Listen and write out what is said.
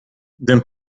the